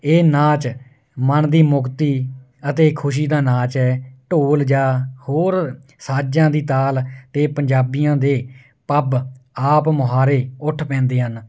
ਇਹ ਨਾਚ ਮਨ ਦੀ ਮੁਕਤੀ ਅਤੇ ਖੁਸ਼ੀ ਦਾ ਨਾਚ ਹੈ ਢੋਲ ਜਾਂ ਹੋਰ ਸਾਜ਼ਾਂ ਦੀ ਤਾਲ 'ਤੇ ਪੰਜਾਬੀਆਂ ਦੇ ਪੱਬ ਆਪ ਮੁਹਾਰੇ ਉੱਠ ਪੈਂਦੀਆਂ ਹਨ